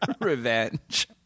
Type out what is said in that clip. revenge